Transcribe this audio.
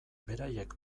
beraiek